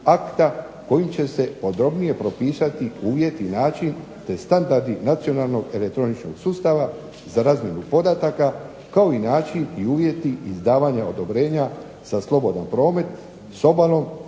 akata kojim će se podrobnije propisati uvjeti, način te standardi nacionalnog elektroničkog sustava za razmjenu podataka, kao i način i uvjeti izdavanja odobrenja za slobodan promet s obalom